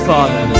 Father